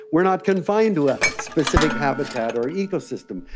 we are not confined to a specific habitat or ecosystem,